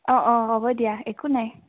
অঁ অঁ হ'ব দিয়া একো নাই